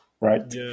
right